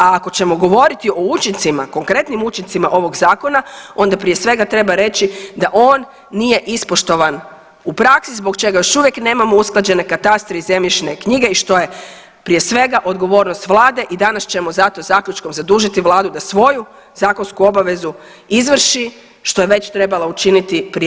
A ako ćemo govoriti o učincima, konkretnim učincima ovog zakona onda prije svega treba reći da on nije ispoštovan u praksi zbog čega još uvijek nemamo usklađene katastre i zemljišne knjige i što je prije svega odgovornost vlade i danas ćemo zato zaključkom zadužiti vladu da svoju zakonsku obavezu izvrši što je već trebala učiniti prije 2 godine.